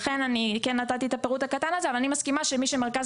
לכן כן נתתי את הפירוט הקטן הזה אבל אני מסכימה שמי שמרכז